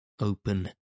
open